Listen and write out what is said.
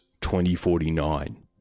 2049